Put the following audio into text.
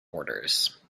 orders